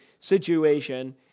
situation